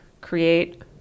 create